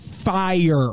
Fire